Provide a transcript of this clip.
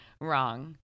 wrong